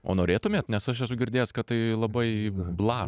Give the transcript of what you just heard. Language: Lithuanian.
o norėtumėt nes aš esu girdėjęs kad tai labai blaš